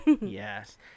yes